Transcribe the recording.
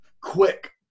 quick